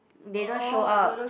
they don't show up